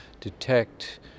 detect